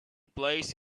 place